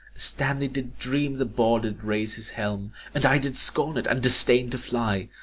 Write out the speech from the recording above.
stanley did dream the boar did raze his helm and i did scorn it, and disdain to fly.